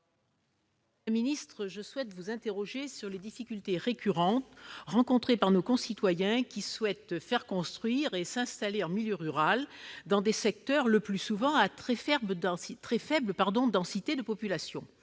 Madame la ministre, je souhaite interroger le Gouvernement sur les difficultés récurrentes rencontrées par nos concitoyens qui souhaitent faire construire et s'installer en milieu rural, dans des secteurs le plus souvent à très faible densité de population.